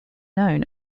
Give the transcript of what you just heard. known